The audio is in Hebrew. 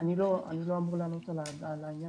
אני לא אמור לענות על העניין